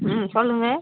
ம் சொல்லுங்கள்